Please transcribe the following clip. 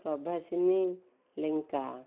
Prabhasini Lenka